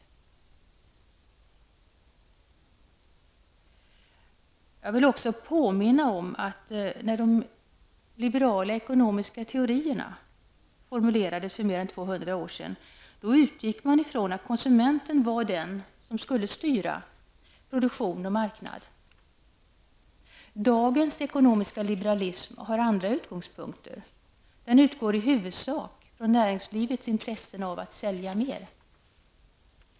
Jag vill också påminna om att när de liberala ekonomiska teorierna formulerades för mer än 200 år sedan utgick de från att konsumenten var den som skulle styra produktion och marknad. Dagens ekonomiska liberalism har andra utgångspunkter. Den utgår i huvudsak från näringslivets intressen av att sälja mer.